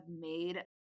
made